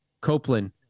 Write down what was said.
Copeland